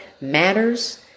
matters